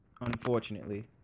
unfortunately